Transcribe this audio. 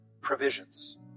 provisions